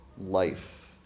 life